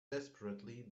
desperately